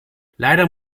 leider